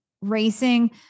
racing